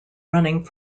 running